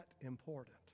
important